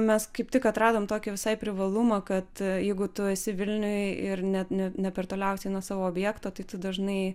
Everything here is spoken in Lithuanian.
mes kaip tik atradom tokį visai privalumą kad jeigu tu esi vilniuj ir ne ne ne per toliausiai nuo savo objekto tai tu dažnai